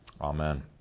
Amen